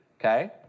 Okay